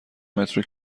مترو